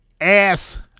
ass